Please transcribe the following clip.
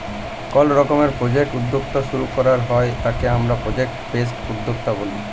call রকমের project উদ্যক্তা শুরু করাক হ্যয় তাকে হামরা প্রজেক্ট বেসড উদ্যক্তা ব্যলি